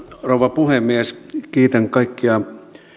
rouva puhemies kiitän kaikkia